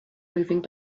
moving